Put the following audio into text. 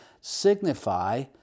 signify